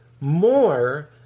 more